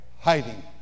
hiding